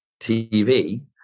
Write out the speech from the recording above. TV